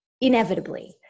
inevitably